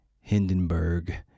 Hindenburg